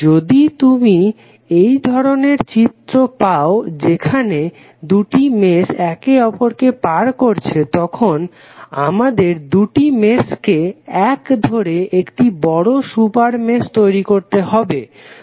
যদি তুমি এই ধরনের চিত্র পাও যেখানে দুটি মেশ একে অপরকে পার করছে তখন আমাদের দুটি মেশ কে এক করে একটি বড় সুপার মেশ তৈরি করতে হবে